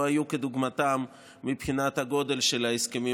היו כדוגמתם מבחינת הגודל של ההסכמים